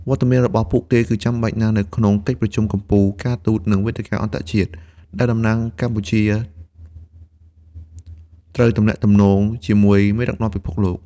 វត្តមានរបស់ពួកគេគឺចាំបាច់ណាស់នៅក្នុងកិច្ចប្រជុំកំពូល ការទូត និងវេទិកាអន្តរជាតិ ដែលតំណាងកម្ពុជាត្រូវទំនាក់ទំនងជាមួយមេដឹកនាំពិភពលោក។